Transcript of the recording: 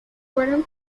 fueron